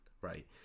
right